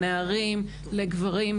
לנערים ולגברים,